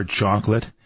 chocolate